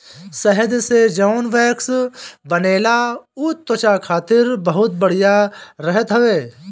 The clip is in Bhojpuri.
शहद से जवन वैक्स बनेला उ त्वचा खातिर बहुते बढ़िया रहत हवे